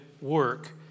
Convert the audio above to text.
work